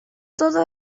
todo